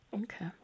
Okay